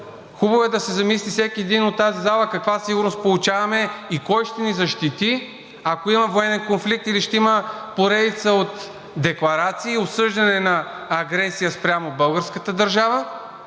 Хубаво е да се замисли всеки един от тази зала каква сигурност получаваме и кой ще ни защити, ако има военен конфликт, или ще има поредица от декларации, осъждане на агресия спрямо българската държава,